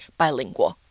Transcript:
bilingual